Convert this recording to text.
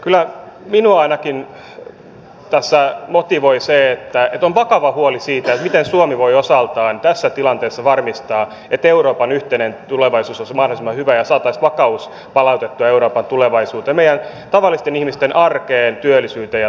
kyllä ainakin minua tässä motivoi se että on vakava huoli siitä miten suomi voi osaltaan tässä tilanteessa varmistaa että euroopan yhteinen tulevaisuus olisi mahdollisimman hyvä ja saataisiin vakaus palautettua euroopan tulevaisuuteen meidän tavallisten ihmisten arkeen työllisyyteen ja toimeentuloon